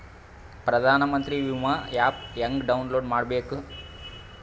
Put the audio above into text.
ಪ್ರಧಾನಮಂತ್ರಿ ವಿಮಾ ಆ್ಯಪ್ ಹೆಂಗ ಡೌನ್ಲೋಡ್ ಮಾಡಬೇಕು?